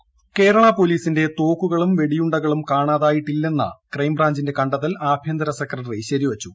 police report Kerala പോലീസിന്റെ തോക്കുകളും വെടിയുണ്ടകളും കാണാതായിട്ടില്ലെന്ന ക്രൈംബ്രാഞ്ചിന്റെ കണ്ടെത്തൽ ആഭ്യന്തര സെക്രട്ടറി ശരിവച്ചു